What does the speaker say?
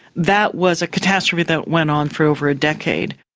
that was a catastrophe that went on for over a decade.